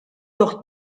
docht